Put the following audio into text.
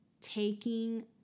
taking